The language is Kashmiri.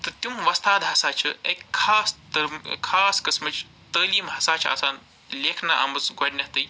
تہٕ تِم وۄستاد ہسا چھِ اَکہِ خاص تہٕ خاص قسمٕچۍ تعلیٖم ہسا چھِ آسان لیٚکھنہٕ آمٕژ گۄڈٕنیٚتھٕے